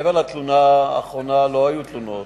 שמעבר לתלונה האחרונה לא היו תלונות.